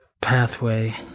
pathway